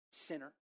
Sinner